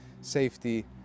safety